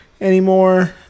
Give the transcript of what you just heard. anymore